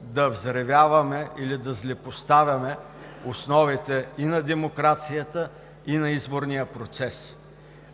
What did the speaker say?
да взривяваме или да злепоставяме основите и на демокрацията, и на изборния процес.